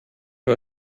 war